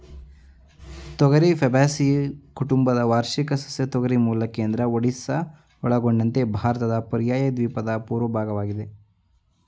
ತೊಗರಿ ಫ್ಯಾಬೇಸಿಯಿ ಕುಟುಂಬದ ವಾರ್ಷಿಕ ಸಸ್ಯ ತೊಗರಿ ಮೂಲ ಕೇಂದ್ರ ಒಡಿಶಾ ಒಳಗೊಂಡಂತೆ ಭಾರತದ ಪರ್ಯಾಯದ್ವೀಪದ ಪೂರ್ವ ಭಾಗವಾಗಿದೆ